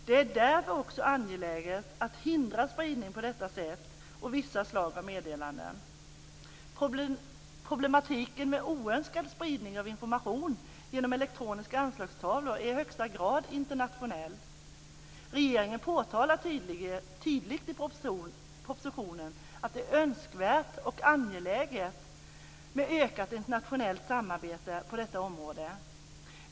Det är därför också angeläget att hindra spridning på detta sätt av vissa slag av meddelanden. Problematiken med oönskad spridning av information genom elektroniska anslagstavlor är i högsta grad internationell. Regeringen påtalar tydligt i propositionen att det är önskvärt och angeläget med ökat internationellt samarbete på detta område.